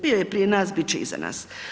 Bio je prije nas, bit će i iza nas.